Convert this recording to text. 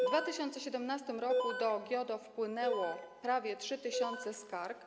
W 2017 r. do GIODO wpłynęło prawie 3 tys. skarg.